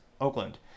Oakland